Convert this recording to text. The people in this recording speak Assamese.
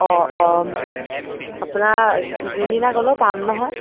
অঁ অঁ আপোনাৰ যোনদিনা গ'লেও পাম নহয়